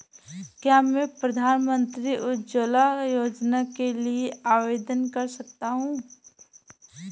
क्या मैं प्रधानमंत्री उज्ज्वला योजना के लिए आवेदन कर सकता हूँ?